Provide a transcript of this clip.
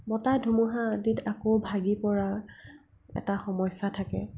বতাহ ধুমুহা আদিত আকৌ ভাগি পৰা এটা সমস্যা থাকে